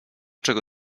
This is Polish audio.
czego